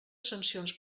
sancions